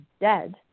dead